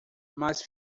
mas